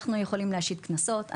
אנחנו יכולים להשית קנסות,